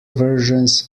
versions